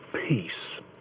peace